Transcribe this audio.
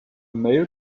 male